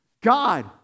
god